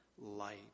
light